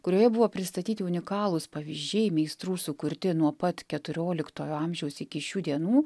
kurioje buvo pristatyti unikalūs pavyzdžiai meistrų sukurti nuo pat keturioliktojo amžiaus iki šių dienų